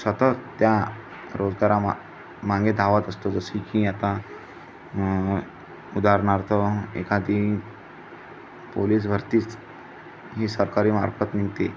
सतत त्या रोजगारामागे धावत असतो जशी की आता उदाहरणार्थ एखादी पोलीस भरतीच ही सरकारमार्फत निघते